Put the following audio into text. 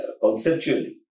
Conceptually